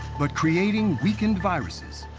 but creating weakened viruses,